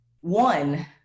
One